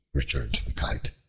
returned the kite,